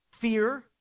fear